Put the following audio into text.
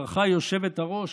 צרחה היושבת-הראש.